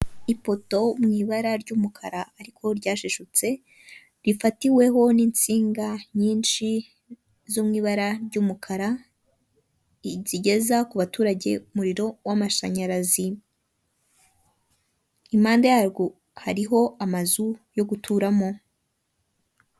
Ipoto mw' ibara ry'umukara ariko ryashishutse, rifatiweho n'insinga nyinshi zo mw'ibara ry'umukara, rigeza ku baturage umuriro w'amashanyarazi, impande yarwo hariho amazu yo guturamo.